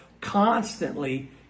constantly